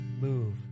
move